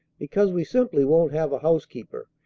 because we simply won't have a housekeeper,